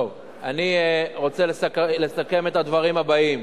טוב, אני רוצה לסכם את הדברים הבאים.